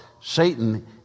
Satan